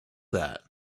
that